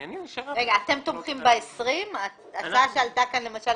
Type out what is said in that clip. אני מברך על החוק